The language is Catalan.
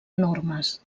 enormes